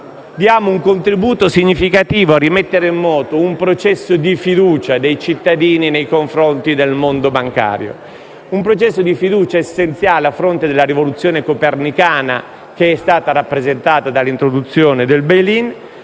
dando un contributo significativo per rimettere in moto un processo di fiducia dei cittadini nei confronti del mondo bancario, essenziale a fronte della rivoluzione copernicana rappresentata dall'introduzione del *bail